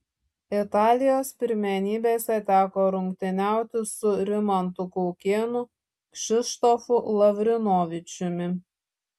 italijos pirmenybėse teko rungtyniauti su rimantu kaukėnu kšištofu lavrinovičiumi